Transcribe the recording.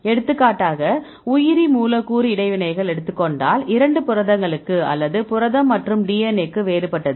எடுத்துக்காட்டாக உயிரி மூலக்கூறு இடைவினைகளை எடுத்துக் கொண்டால் 2 புரதங்களுக்கு அல்லது புரதம் மற்றும் DNA க்கு வேறுபட்டது